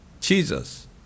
Jesus